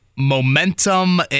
Momentum